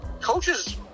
coaches